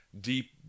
deep